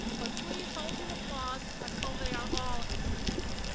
but please hold your applause until they are all introduced.